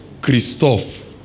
Christophe